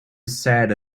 sad